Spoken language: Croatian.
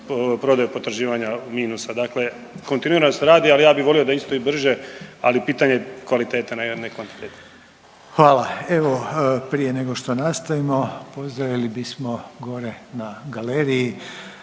prodaju potraživanja minusa. Dakle kontinuirano se radi, ali ja bih volio da isto i brže, ali i pitanje kvalitete, ne kvantitete. **Reiner, Željko (HDZ)** Hvala. Evo, prije nego što nastavimo, pozdravili bismo gore na galeriji